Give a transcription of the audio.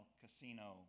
casino